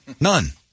none